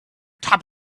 top